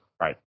Right